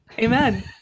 Amen